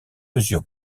mesure